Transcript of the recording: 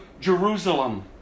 Jerusalem